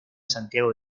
santiago